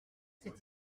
c’est